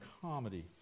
Comedy